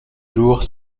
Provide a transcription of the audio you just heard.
jours